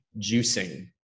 juicing